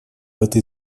этой